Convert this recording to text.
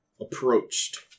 approached